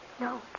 No